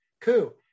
coup